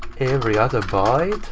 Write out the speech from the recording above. every other byte.